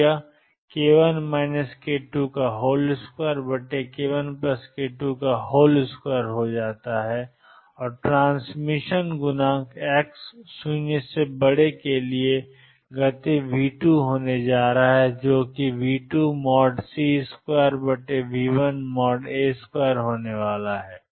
तो यह k1 k22 k1k22 निकलता है और ट्रांसमिशन गुणांक x0 के लिए गति v2 होने जा रहा है जो कि v2C2v1A2 होने वाला है